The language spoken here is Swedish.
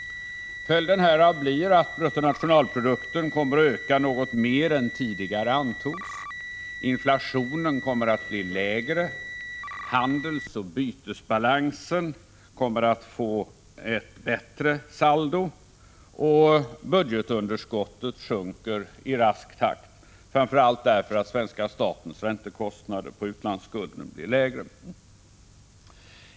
Följden härav blir att bruttonationalprodukten kommer att öka något mer än tidigare antogs, inflationen kommer att bli lägre, handelsoch bytesbalansen kommer att få ett bättre saldo och budgetunderskottet sjunker i rask takt, framför allt därför att svenska statens räntekostnader på utlandsskulden blir lägre.